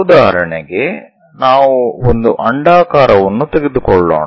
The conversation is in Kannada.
ಉದಾಹರಣೆಗೆ ನಾವು ಒಂದು ಅಂಡಾಕಾರವನ್ನು ತೆಗೆದುಕೊಳ್ಳೋಣ